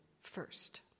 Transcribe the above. first